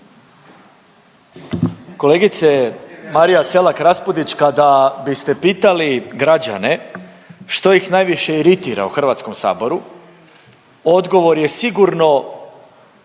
Kolegice Marija Selak Raspudić kada biste pitali građane što ih najviše iritira u Hrvatskom saboru odgovor je sigurno